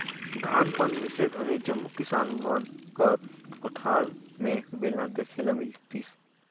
धान पान मिसे घनी जम्मो किसान मन कर कोठार मे बेलना देखे ले मिलतिस